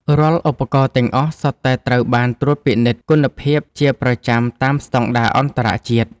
រាល់ឧបករណ៍ទាំងអស់សុទ្ធតែត្រូវបានត្រួតពិនិត្យគុណភាពជាប្រចាំតាមស្ដង់ដារអន្តរជាតិ។